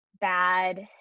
bad